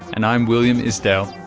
and i'm william isdale.